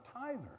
tither